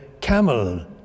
camel